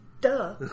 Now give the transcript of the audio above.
Duh